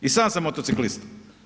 I sam sam motociklist.